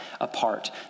apart